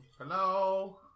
Hello